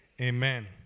amen